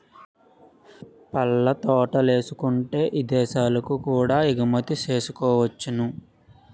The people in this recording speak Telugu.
పళ్ళ తోటలేసుకుంటే ఇదేశాలకు కూడా ఎగుమతి సేసుకోవచ్చును